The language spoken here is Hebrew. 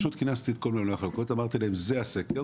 כינסתי את כל ממוני המחלקות ואמרתי להם זה הסקר,